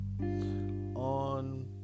on